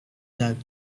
dug